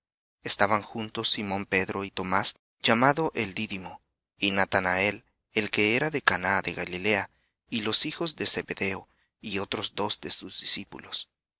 estaban juntos simón pedro y tomás llamado el dídimo y natanael el que de caná de galilea y los de zebedeo y otros dos de sus discípulos